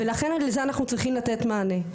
ולכן, לזה אנחנו צריכים לתת מענה.